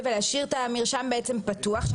אני אקרא: לראש וחברי הוועדה,